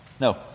No